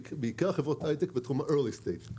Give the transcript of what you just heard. בעיקר חברות הייטק בתחום ה-Early stage.